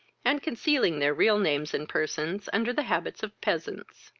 and concealing their real names and persons under the habits of peasants.